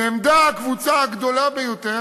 נעמדה הקבוצה הגדולה ביותר,